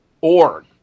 org